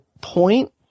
point